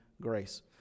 grace